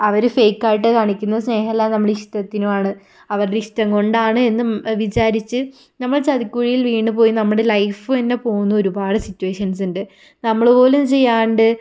അവർ fake ആയിട്ട് കാണിക്കുന്ന സ്നേഹം എല്ലാം നമ്മൾ ഇഷ്ടത്തിനുമാണ് അവരുടെ ഇഷ്ടം കൊണ്ടാണ് എന്ന് വിചാരിച്ച് നമ്മൾ ചതിക്കുഴിയിൽ വീണു പോയി നമ്മുടെ ലൈഫ് തന്നെ പോകുന്ന ഒരുപാട് സിറ്റുവേഷൻസ് ഉണ്ട് നമ്മൾ പോലും ചെയ്യാതെ